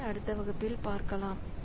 அதை அடுத்த வகுப்பில் பார்க்கலாம்